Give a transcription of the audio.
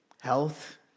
health